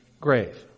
grave